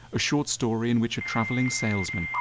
a short story in which traveling salesman,